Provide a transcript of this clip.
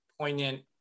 poignant